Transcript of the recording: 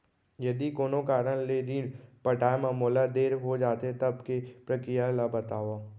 यदि कोनो कारन ले ऋण पटाय मा मोला देर हो जाथे, तब के प्रक्रिया ला बतावव